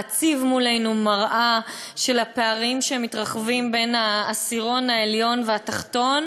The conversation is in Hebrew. להציב מולנו מראה של הפערים המתרחבים בין העשירון העליון והתחתון,